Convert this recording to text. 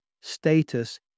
status